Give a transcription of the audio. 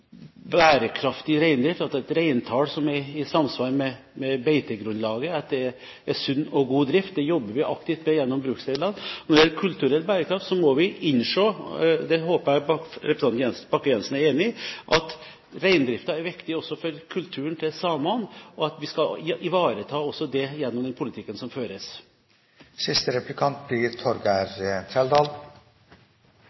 bærekraftig reindrift, at det er et reintall som er i samsvar med beitegrunnlaget, at det er sunn og god drift. Det jobber vi aktivt med gjennom bruksreglene. Når det gjelder kulturell bærekraft, må vi innse – det håper jeg representanten Bakke-Jensen er enig i – at reindriften er viktig også for samenes kultur, og at vi skal ivareta også den gjennom den politikken som